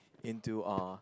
into uh